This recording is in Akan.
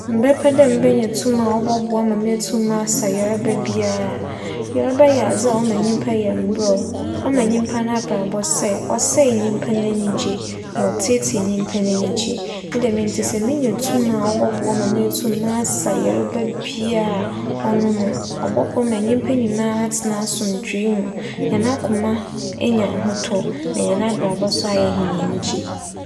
Mebɛpɛ dɛ mebenya tum a ͻbͻboa ma meetum asa yarba biara. Yarba yɛ adze a ͻma nyimpa yɛ mbrɛw, ͻma nyimpa n'abrabͻ sɛɛ, ͻsɛɛ nyimpa n'enyigye na ͻtsetsee nyimpa n'enyigye. Ne dɛm ntsi sɛ minya tum a ͻbͻboa ma meetum m'asa yarba biara a, ͻno ͻbͻboa ma nyimpa nyinara enya ahotͻ na hɛn abrabͻ so ayɛ enyigye.